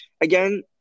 again